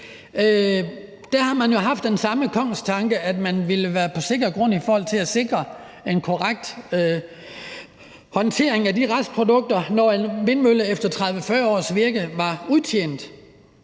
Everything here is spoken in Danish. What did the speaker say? der har man jo haft den samme kongstanke, altså at man ville være på sikker grund i forhold til at sikre en korrekt håndtering af restprodukterne, når en vindmølle efter 30-40 års virke var udtjent.